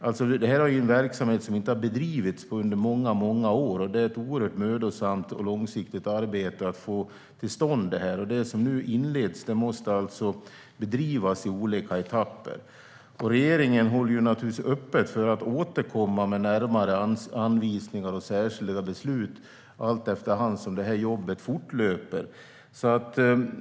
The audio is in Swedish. Detta är en verksamhet som inte har bedrivits på många år, och det är ett mödosamt och långsiktigt arbete att få detta till stånd. Det som nu inleds måste bedrivas i olika etapper. Regeringen håller öppet för att återkomma med närmare anvisningar och särskilda beslut allt efter hand som jobbet fortlöper.